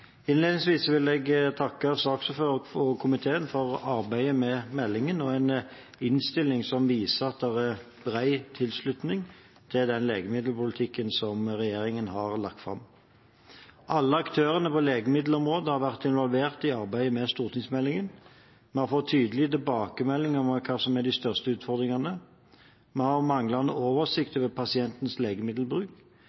Innledningsvis vil jeg takke saksordføreren og komiteen for arbeidet med meldingen og for en innstilling som viser at det er bred tilslutning til den legemiddelpolitikken som regjeringen har lagt fram. Alle aktører på legemiddelområdet har vært involvert i arbeidet med stortingsmeldingen. Vi har fått tydelige tilbakemeldinger om hva som er de største utfordringene: Vi har manglende oversikt